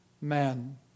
man